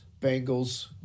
Bengals